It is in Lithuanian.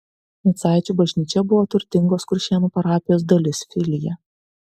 micaičių bažnyčia buvo turtingos kuršėnų parapijos dalis filija